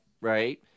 right